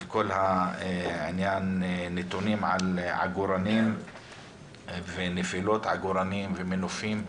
לגבי נתונים על עגורנים ונפילות עגורנים ומנופים.